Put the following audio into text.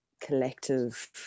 collective